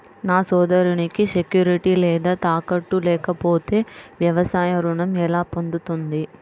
నా సోదరికి సెక్యూరిటీ లేదా తాకట్టు లేకపోతే వ్యవసాయ రుణం ఎలా పొందుతుంది?